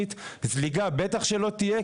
זליגה בטח שלא תהיה,